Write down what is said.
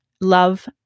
Love